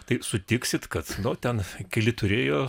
tai sutiksit kad nu ten keli turėjo